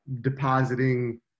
depositing